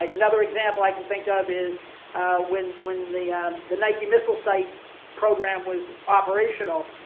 like another example i can think of is when when the the nike missile site program was operational,